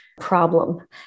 problem